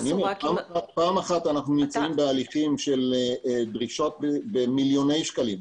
פעם אחת אנחנו נמצאים בהליכים של דרישות במיליוני שקלים,